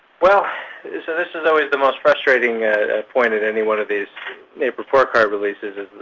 well this ah this is always the most frustrating point at any one of these report card releases,